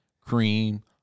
cream